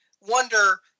wonder